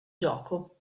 gioco